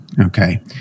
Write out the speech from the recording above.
Okay